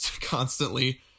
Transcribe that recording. constantly